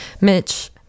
Mitch